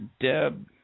Deb